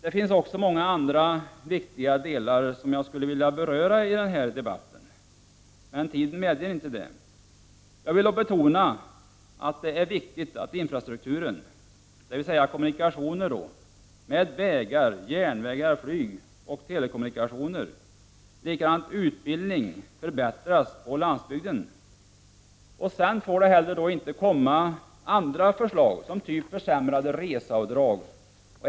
Det finns många andra viktiga delar som jag skulle vilja beröra i denna debatt, men tiden medger inte det. Jag vill dock betona att det är viktigt att infrastrukturen, dvs. kommunikationer — vägar, järnvägar, flygoch telekommunikationer — och utbildning m.m. förbättras på landsbygden. Vidare får det inte heller framläggas andra förslag av typ försämrade reseavdrag.